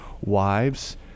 wives